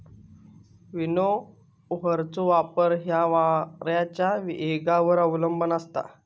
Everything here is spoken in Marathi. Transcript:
विनोव्हरचो वापर ह्यो वाऱ्याच्या येगावर अवलंबान असता